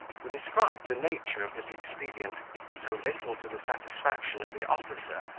who described the nature of this expedient so little to the satisfaction of the officer,